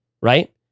Right